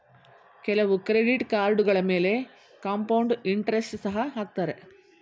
ಕೆಲವು ಕ್ರೆಡಿಟ್ ಕಾರ್ಡುಗಳ ಮೇಲೆ ಕಾಂಪೌಂಡ್ ಇಂಟರೆಸ್ಟ್ ಸಹ ಹಾಕತ್ತರೆ